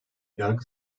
yargı